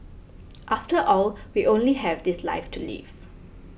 after all we only have this life to live